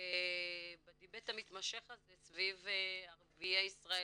ובדיבייט המתמשך הזה סביב ערביי ישראל,